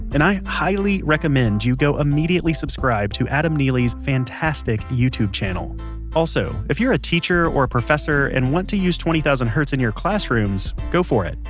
and i highly recommend you go immediately subscribe to adam neely's fantastic youtube channel also, if you're a teacher or professor and you want to use twenty thousand hertz in your classrooms go for it!